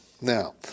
Now